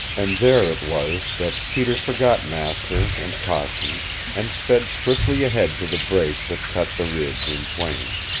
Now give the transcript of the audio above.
and there it was that peter forgot master and caution and sped swiftly ahead to the break that cut the ridge in twain.